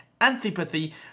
antipathy